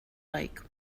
like